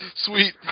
Sweet